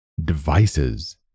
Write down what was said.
Devices